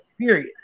period